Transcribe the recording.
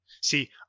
See